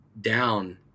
down